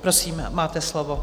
Prosím, máte slovo.